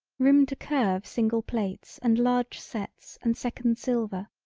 room to curve single plates and large sets and second silver,